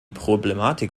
problematik